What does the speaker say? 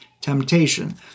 temptation